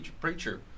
preacher